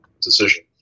decision